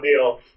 deal